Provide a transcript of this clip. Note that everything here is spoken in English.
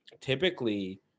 typically